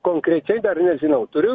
konkrečiai dar nežinau turiu